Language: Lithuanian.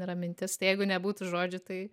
yra mintis tai jeigu nebūtų žodžių tai